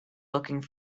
looking